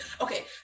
Okay